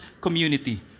community